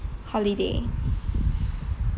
holiday